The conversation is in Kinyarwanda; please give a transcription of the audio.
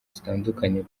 zitandukanye